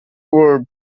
ward